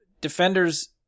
Defenders